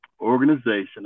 organization